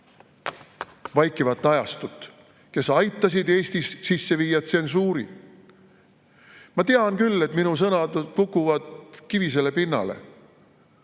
vaikivat ajastut, kes aitas Eestis sisse viia tsensuuri. Ma tean küll, et minu sõnad kukuvad kivisele pinnale.